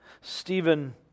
Stephen